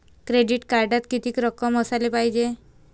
Credit कार्डात कितीक रक्कम असाले पायजे?